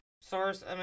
Source